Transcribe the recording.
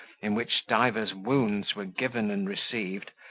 in which divers wounds were given and received,